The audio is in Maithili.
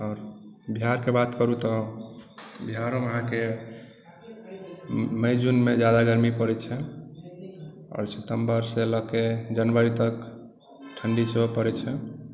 आओर बिहारके बात करू तऽ बिहारोमे अहाँकेँ मइ जूनमे जादा गर्मी पड़ैत छै आओर सितम्बर से लऽ के जनवरी तक ठण्डी सेहो पड़ैत छै